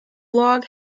blog